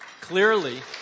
Clearly